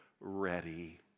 ready